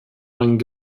lang